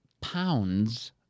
Pounds